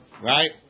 right